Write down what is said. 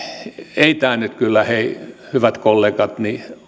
ei tämä nyt kyllä hei hyvät kollegat